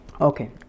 Okay